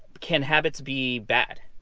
can habits be bad?